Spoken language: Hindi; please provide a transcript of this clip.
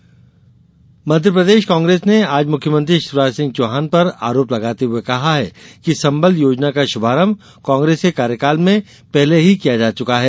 कांग्रेस आरोप मध्यप्रदेश कांग्रेस ने आज मुख्यमंत्री शिवराज सिंह चौहान पर आरोप लगाते हुए कहा है कि संबल योजना का शुभारंभ कांग्रेस के कार्यकाल में पहले ही किया जा चुका है